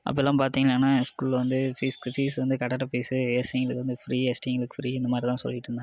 அப்போலாம் பார்த்திங்கன்னா என் ஸ்கூலில் வந்து ஃபீஸ் ஃபீஸ் வந்து கட்டிட ஃபீஸ்ஸு எஸ்சிங்களுக்கு வந்து ஃப்ரீ எஸ்டிங்களுக்கு ஃபிரீ இந்த மாதிரி தான் சொல்லிக்கிட்டிருந்தாங்க